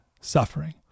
suffering